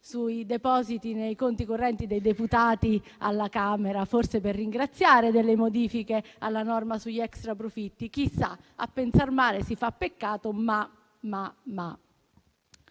sui depositi nei conti correnti dei deputati alla Camera, forse per ringraziare delle modifiche alla norma sugli extraprofitti. Chissà: a pensar male si fa peccato, ma...